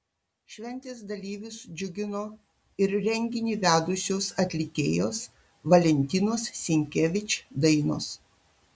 šventės dalyvius džiugino ir renginį vedusios atlikėjos valentinos sinkevič dainos